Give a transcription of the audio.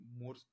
more